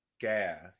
gas